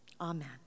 Amen